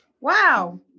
Wow